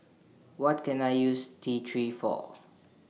What Can I use T three For